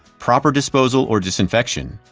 proper disposal or disinfection,